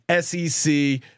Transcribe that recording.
SEC